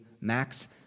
Max